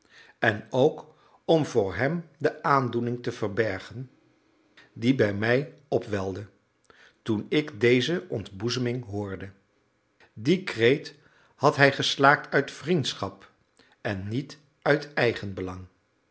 en ook om voor hem de aandoening te verbergen die bij mij opwelde toen ik deze ontboezeming hoorde dien kreet had hij geslaakt uit vriendschap en niet uit